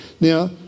Now